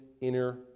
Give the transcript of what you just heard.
inner